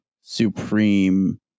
supreme